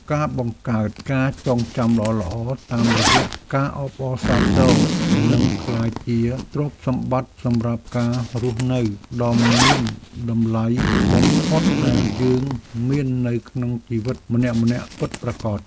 ការបង្កើតការចងចាំល្អៗតាមរយៈការអបអរសាទរនឹងក្លាយជាទ្រព្យសម្បត្តិសម្រាប់ការរស់នៅដ៏មានតម្លៃបំផុតដែលយើងមាននៅក្នុងជីវិតម្នាក់ៗពិតប្រាកដ។